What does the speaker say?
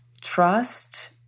trust